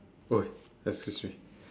!oi! excuse me